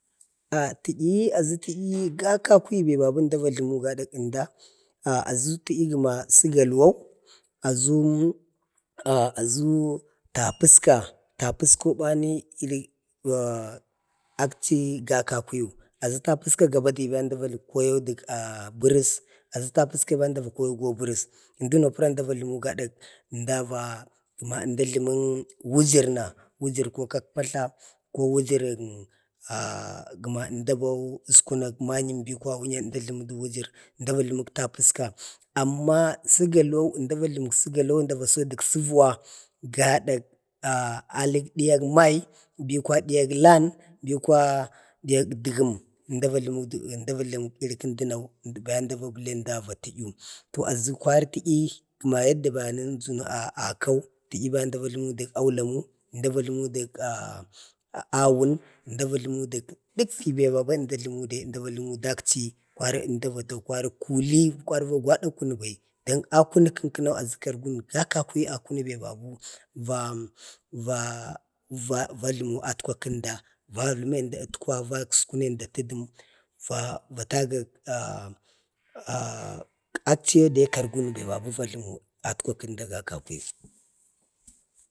ah təyi aʒu, təyi ga kakwuyu be babu ənda va jlumu gada ənda ah aʒu təyi gəna səgalwo aʒu tapəska, tapəska bani, ilək akchi ga kakuyuk, aʒu tapəska ga badiba əmda va kaugau ah dək bərəs, aʒu tapəska be əmda a kauyok go bərəs. pəra əmda va jlumu gada əmda vajləmu, gəna əmda va jləmu wujurna wujurkak patla, ko wujuruk ah gəna ənda bawu, us kunak manyəm bi ko wunya, əmda va jlumuduk wujur, əmda va jləmak tapəska. amma sugalwau əmda va jləmək suvuwa əmda va sau dək suvuwa gadak, ah alək dəyak nai, bi kwaya diyak lan bi kwaya diyak dəgəm, əmda va jləmukək, əmda va jləmədək iri kəndunau, va əmda va bəlimda əmda va tə yu. to aʒu kwari tə'yi kəma yadda nə ʒənu akau, təyi ba ənda vajləmu dək aulamu, ah əmda va jləmu dək ah dək awun, əmda va jləmək duk fibaba əmda va jləmu dai, əmda va jləmu dak chi, kwari əmda va tau, kwari kuli, kwari va kwada kunubai. don akunək kənkənau aʒu kargun, ga kakwuyu akunu be babu va va vajlumu atkwa kənda. va jləmenda ətkwa, vaskune ənda tədəm, va vatagak ah ah akchiye da kargunən babu vajləmən atətkwa kənda ga kakuyuk